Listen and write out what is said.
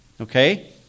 Okay